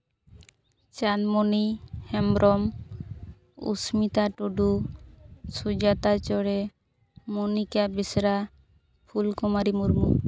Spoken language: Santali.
ᱪᱟᱸᱫᱽᱢᱚᱱᱤ ᱦᱮᱢᱵᱨᱚᱢ ᱩᱥᱢᱤᱛᱟ ᱴᱩᱰᱩ ᱥᱩᱡᱟᱛᱟ ᱪᱚᱬᱮ ᱢᱚᱱᱤᱠᱟ ᱵᱮᱥᱨᱟ ᱯᱷᱩᱞᱠᱩᱢᱟᱨᱤ ᱢᱩᱨᱢᱩ